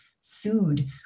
sued